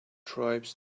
tribes